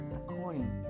according